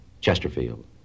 Chesterfield